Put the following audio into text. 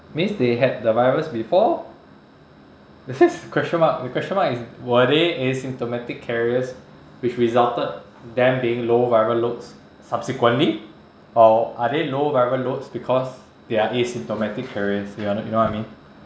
means they had the virus before that's why it's question mark the question mark is were they asymptomatic carriers which resulted them being low viral loads subsequently or are they low viral loads because they are asymptomatic carriers you under~ you know what I mean